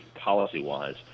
policy-wise